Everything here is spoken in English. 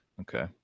Okay